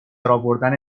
آوردن